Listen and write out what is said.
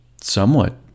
somewhat